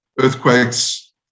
earthquakes